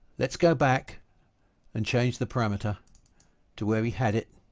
let's go back and change the parameter to where we had it,